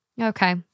Okay